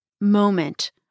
moment